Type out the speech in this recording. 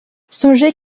songez